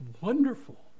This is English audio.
wonderful